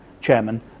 chairman